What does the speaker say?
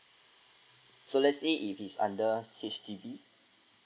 so let's say if is under H_D_B